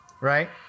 right